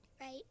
Right